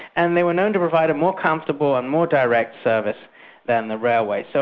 and they were known to provide a more comfortable and more direct service than the railway. so